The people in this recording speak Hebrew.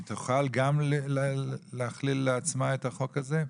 היא תוכל גם להכליל לעצמה את החוק הזה?